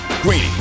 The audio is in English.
Greeny